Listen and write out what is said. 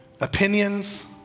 opinions